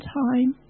time